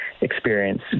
experience